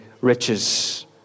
riches